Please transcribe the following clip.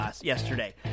yesterday